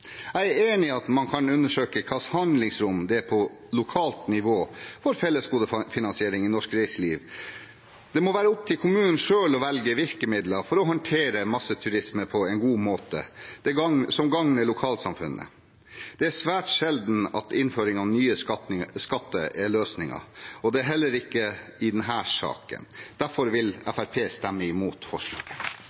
Jeg er enig i at man kan undersøke hvilket handlingsrom man har på lokalt nivå for fellesgodefinansiering i norsk reiseliv. Det må være opp til kommunen selv å velge virkemidler for å håndtere masseturisme på en god måte som gagner lokalsamfunnet. Det er svært sjelden at innføring av nye skatter er løsningen, og det er det heller ikke i denne saken. Derfor vil Fremskrittspartiet stemme imot forslaget.